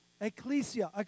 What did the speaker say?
Ecclesia